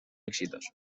éxitos